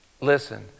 Listen